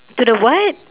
to the what